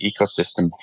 ecosystem